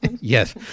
Yes